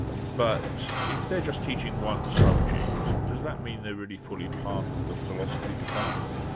but if they're just teaching one subject, does that mean they're really full part of the philosophy department?